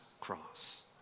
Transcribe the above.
cross